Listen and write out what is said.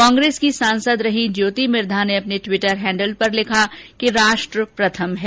कांग्रेस की सांसद रही ज्योति मिर्घा ने अपने ट्वीटर हैंडल पर लिखा कि राष्ट्र प्रथम है